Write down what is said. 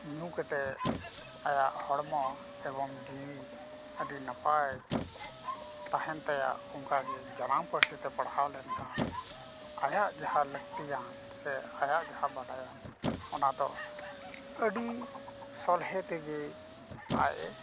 ᱧᱩ ᱠᱟᱛᱮ ᱟᱭᱟᱜ ᱦᱚᱲᱢᱚ ᱮᱵᱚᱝ ᱡᱤᱣᱤ ᱟᱹᱰᱤ ᱱᱟᱯᱟᱭ ᱛᱟᱦᱮᱱ ᱛᱟᱭᱟ ᱚᱱᱠᱟᱜᱮ ᱡᱟᱱᱟᱢ ᱯᱟᱹᱨᱥᱤ ᱛᱮ ᱯᱟᱲᱦᱟᱣ ᱞᱮᱱᱠᱷᱟᱱ ᱟᱭᱟᱜ ᱡᱟᱦᱟᱸ ᱞᱟᱹᱠᱛᱤᱭᱟᱱ ᱥᱮ ᱟᱭᱟᱜ ᱡᱟᱦᱟᱸ ᱵᱟᱰᱟᱭᱟᱱ ᱚᱱᱟ ᱫᱚ ᱟᱹᱰᱤ ᱥᱚᱞᱦᱮ ᱛᱮᱜᱮ ᱟᱡ ᱮ